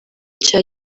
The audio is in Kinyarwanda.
cya